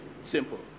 simple